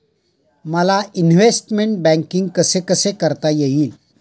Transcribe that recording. मला investment banking कसे कसे करता येईल?